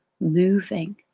moving